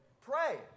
Pray